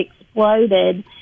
exploded